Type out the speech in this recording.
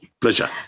Pleasure